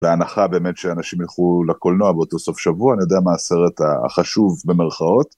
וההנחה באמת שאנשים ילכו לקולנוע באותו סוף שבוע, אני יודע מה הסרט החשוב במרכאות.